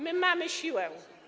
My mamy siłę.